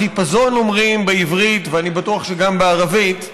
החיפזון, אומרים בעברית, ואני בטוח שגם בערבית,